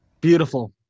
Beautiful